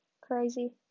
crazy